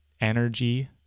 energy